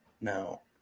No